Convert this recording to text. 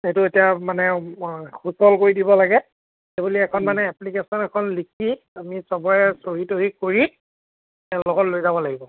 সেইটো এতিয়া মানে সুচল কৰি দিব লাগে সেই বুলি এখন মানে এপ্লিকেশ্যন এখন লিখি আমি চবৰে চৰি তহি কৰি লগত লৈ যাব লাগিব